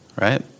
right